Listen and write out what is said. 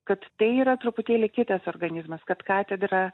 kad tai yra truputėlį kitas organizmas kad katedra